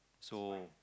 so